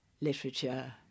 literature